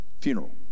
funeral